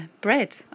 bread